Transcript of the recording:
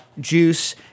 juice